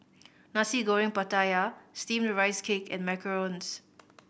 Nasi Goreng Pattaya Steamed Rice Cake and macarons